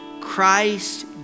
Christ